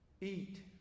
eat